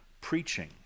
preaching